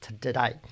today